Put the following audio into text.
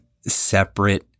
separate